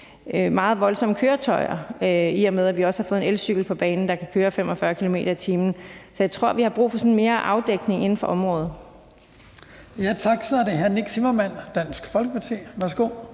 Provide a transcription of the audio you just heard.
meget voldsomme køretøjer, i og med at vi også har fået en elcykel, der kan køre 45 km/t, på banen. Så jeg tror, at vi har brug for sådan mere afdækning inden for området.